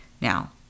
Now